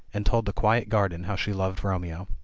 and told the quiet garden how she loved romeo.